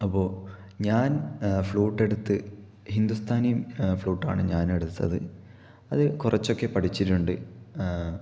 അപ്പോൾ ഞാന് ഫ്ലൂട്ടെടുത്ത് ഹിന്ദുസ്ഥാനി ഫ്ലൂട്ടാണ് ഞാനെടുത്തത് അത് കുറച്ചൊക്കെ പഠിച്ചിട്ടുണ്ട്